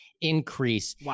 increase